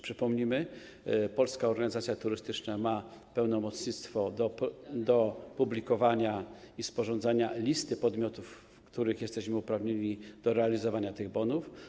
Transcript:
Przypomnijmy: Polska Organizacja Turystyczna ma pełnomocnictwo do sporządzania i publikowania listy podmiotów, w których jesteśmy uprawnieni do realizowania tych bonów.